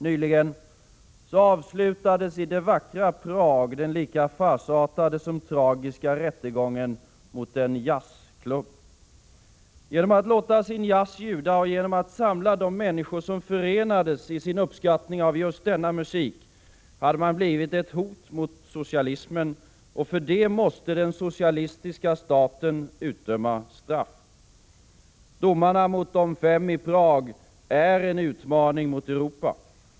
Nyligen avslutades i det vackra Prag den lika farsartade som tragiska rättegången mot en jazzklubb. Genom att låta sin jazz ljuda och genom att samla de människor som förenades i sin uppskattning av just denna musik hade musikerna blivit ett hot mot socialismen, och för det måste den socialistiska staten utdöma straff. Domarna mot de fem i Prag är en utmaning mot Europa.